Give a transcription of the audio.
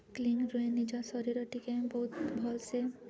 clean ରୁହେ ନିଜ ଶରୀର ଟିକିଏ ବହୁତ ଭଲ୍ସେ